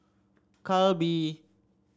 calbee